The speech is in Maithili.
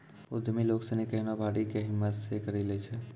उद्यमि लोग सनी केहनो भारी कै हिम्मत से करी लै छै